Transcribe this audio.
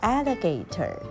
Alligator